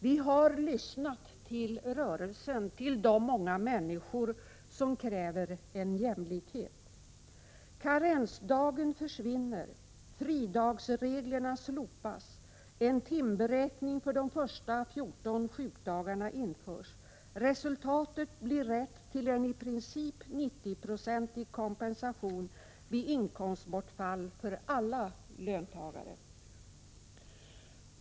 Vi har lyssnat till rörelsen, till de många människor som kräver jämlikhet. Karensdagen försvinner, fridagsreglerna slopas, en timberäkning för de första 14 sjukdagarna införs, resultatet blir rätt till en i princip 90-procentig kompensation vid inkomstbortfall för alla löntagare.